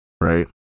right